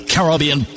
Caribbean